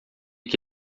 que